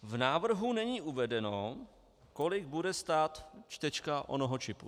V návrhu není uvedeno, kolik bude stát čtečka onoho čipu.